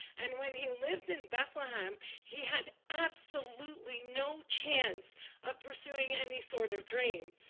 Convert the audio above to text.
and when he lived in bethlehem, he had absolutely no chance of pursuing any sort of dream.